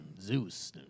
Zeus